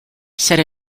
set